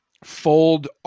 fold